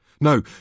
No